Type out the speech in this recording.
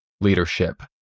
Leadership